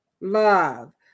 love